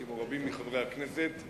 כמו רבים מחברי הכנסת,